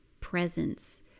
presence